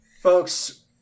Folks